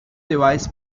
devices